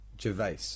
Gervais